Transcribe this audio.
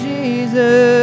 Jesus